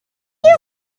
your